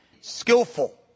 Skillful